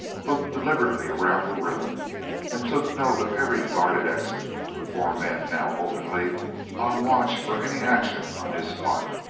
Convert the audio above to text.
looked deliberately around the room and took note of every guarded exit, the four men now openly on watch for any action on his part.